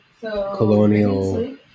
colonial